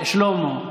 חוק הלאום.